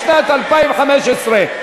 לשנת 2015,